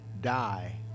die